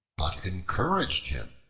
but encouraged him.